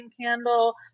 candle